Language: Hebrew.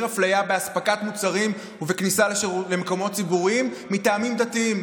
אפליה באספקת מוצרים ובכניסה למקומות ציבוריים מטעמים דתיים.